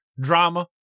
drama